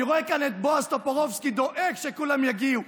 אני רואה כאן את בועז טופורובסקי דואג שכולם יגיעו.